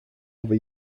over